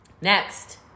Next